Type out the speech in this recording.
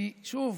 כי, שוב,